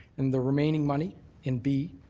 and the remaining money in b.